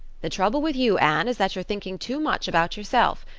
the trouble with you, anne, is that you're thinking too much about yourself.